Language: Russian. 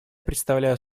предоставляю